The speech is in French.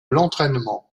l’entraînement